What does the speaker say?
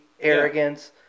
arrogance